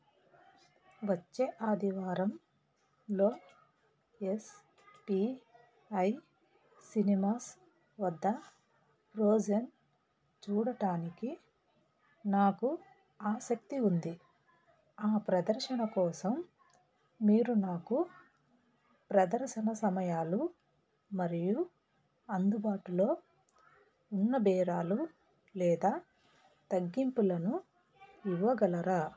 వచ్చే ఆదివారంలో SPI cinemas వద్ద ఫ్రోజెన్ చూడటానికి నాకు ఆసక్తి ఉంది ఆ ప్రదర్శన కోసం మీరు నాకు ప్రదర్శన సమయాలు మరియు అందుబాటులో ఉన్న బేరాలు లేదా తగ్గింపులను ఇవ్వగలరా